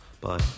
Bye